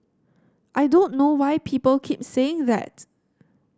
I don't know why people keep saying that